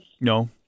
No